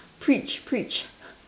preach preach